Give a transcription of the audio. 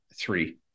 three